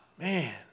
Man